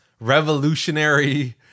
revolutionary